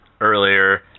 earlier